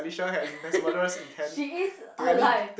she is alive